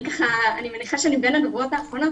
אני מניחה שאני בין הדוברות האחרונות,